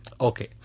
Okay